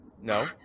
no